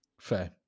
Fair